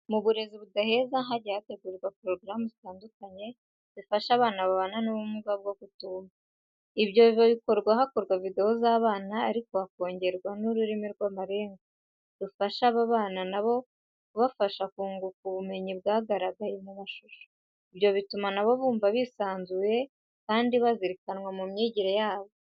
Mu burezi budaheza, hagiye hategurwa porogaramu zitandukanye zifasha abana babana n'ubumuga bwo kutumva. Ibyo bikorwa hakorwa videwo z'abana ariko hakongerwa n'ururimi rw'amarenga, rufasha babana nabo kubasha kunguka ubumenyi bwagaragaye mu mashusho. Ibyo bituma nabo bumva bisanzuye kandi bazirikanwa mu myigire yabo.